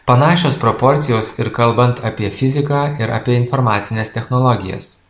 panašios proporcijos ir kalbant apie fiziką ir apie informacines technologijas